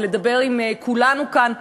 ולדבר עם כולנו כאן,